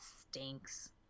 stinks